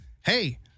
Hey